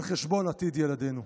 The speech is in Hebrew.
על חשבון עתיד ילדינו.